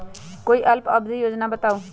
कोई अल्प अवधि योजना बताऊ?